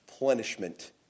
plenishment